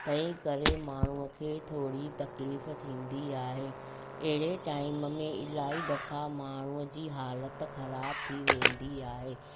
तंहिं करे माण्हूअ खे थोरी तकलीफ़ु थींदी आहे अहिड़े टाइम में इलाही दफ़ा माण्हूअ जी हालत ख़राबु थी वेंदी आहे